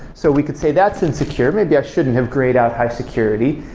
so we could say that's unsecure, maybe i shouldn't have grayed out high security.